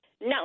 No